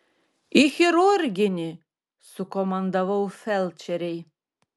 į chirurginį sukomandavau felčerei